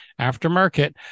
aftermarket